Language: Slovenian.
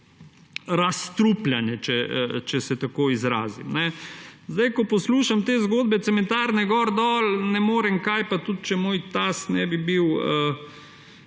razstrupljanje, če se tako izrazim. Ko poslušam te zgodbe cementarne, gor, dol, ne morem kaj, pa tudi če moj tast ne bi bil